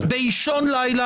באישון לילה,